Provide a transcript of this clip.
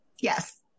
Yes